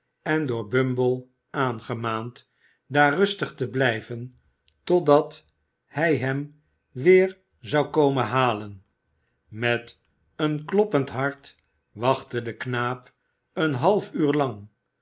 en door bumble aangemaand daar rustig te blijven totdat hij hem weer zou komen halen met een kloppend hart wachtte de knaap een half uur lang